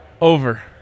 Over